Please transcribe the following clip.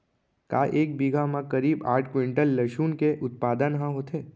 का एक बीघा म करीब आठ क्विंटल लहसुन के उत्पादन ह होथे?